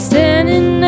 Standing